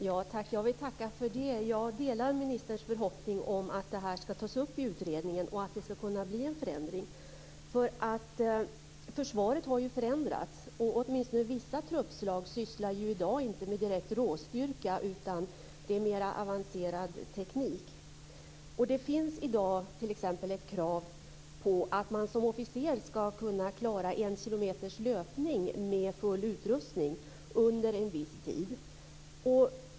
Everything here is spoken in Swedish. Fru talman! Jag vill tacka för det. Jag delar ministerns förhoppning att det kommer att tas upp i utredningen och att det ska kunna bli en förändring. Försvaret har förändrats. Åtminstone vissa truppslag sysslar i dag inte med direkt råstyrka utan mer avancerad teknik. Det finns i dag t.ex. ett krav på att man som officer ska kunna klara 1 km löpning med full utrustning under en viss tid.